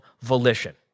volition